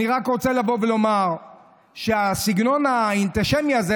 אני רק רוצה לומר שהסגנון האנטישמי הזה,